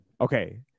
Okay